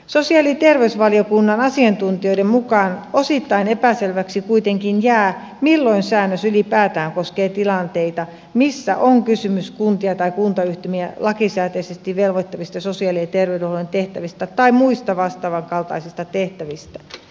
sosiaali ja terveysvaliokunnan asiantuntijoiden mukaan osittain epäselväksi kuitenkin jää milloin säännös ylipäätään koskee tilanteita missä on kysymys kuntia tai kuntayhtymiä lakisääteisesti velvoittavista sosiaali ja terveydenhuollon tehtävistä tai muista vastaavankaltaisista tehtävistä